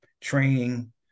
training